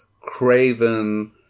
craven